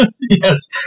Yes